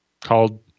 called